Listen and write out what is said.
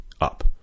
up